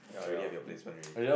already have your placement already